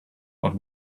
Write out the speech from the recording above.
but